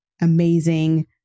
amazing